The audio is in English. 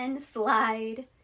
slide